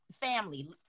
family